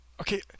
okay